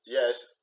Yes